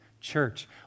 Church